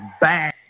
bang